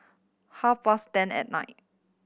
half past ten at night